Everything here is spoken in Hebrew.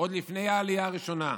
עוד לפני העלייה הראשונה,